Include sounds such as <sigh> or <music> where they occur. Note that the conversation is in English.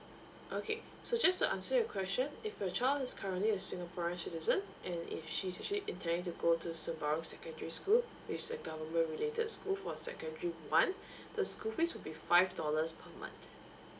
okay so just to answer your question if your child is currently a singaporean citizen and if she's actually intending to go to sembawang secondary school is a government related school for a secondary [one] <breath> the school fees will be five dollars per month